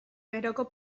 geroko